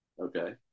Okay